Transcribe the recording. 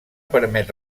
permet